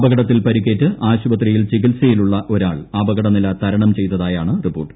അപകടത്തിൽ പരിക്കേറ്റ് ആശുപത്രിയിൽ ചികിത്സയിലുളള ഒരാൾ അപകടനില തരണം ചെയ്തതായാണ് റിപ്പോർട്ട്